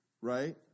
right